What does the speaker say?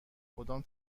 کدام